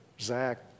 Zach